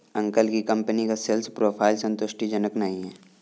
uncle की company का sales profile संतुष्टिजनक नही है